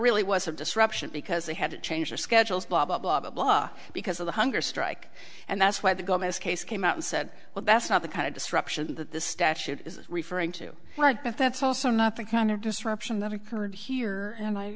really was a disruption because they had to change their schedules blah blah blah blah blah because of the hunger strike and that's why the gomez case came out and said well that's not the kind of disruption that this statute is referring to but but that's also not the kind of disruption that occurred here and i